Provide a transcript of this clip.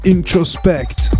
Introspect